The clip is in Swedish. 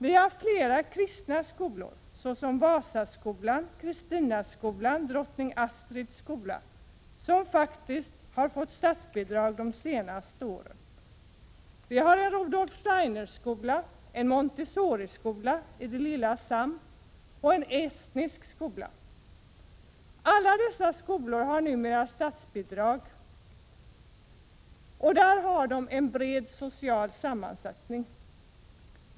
Vi har flera kristna skolor, såsom Vasaskolan, Kristinaskolan och Drottning Astrids sköla, som faktiskt fått statsbidrag de senaste åren. Vi har en Rudolf Steiner-skola, en Montessoriskola i den lilla Samskolan och en estnisk skola. Alla dessa skolor har numera statsbidrag, och de har en bred social sammansättning.